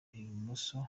ibumoso